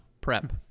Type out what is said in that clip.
prep